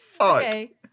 Okay